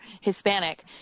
Hispanic